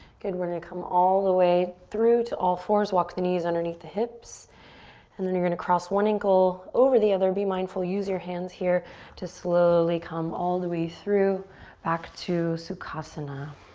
good, we're gonna come all the way through to all fours, walk the knees underneath the hips and then you gonna cross one ankle over the other. be mindful, use your hands here to slowly come all the way through back to sukhasana.